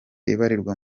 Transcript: ibarirwa